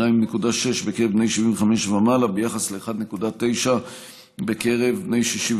2.6 בקרב בני 75 ומעלה לעומת 1.9 בקרב בני 65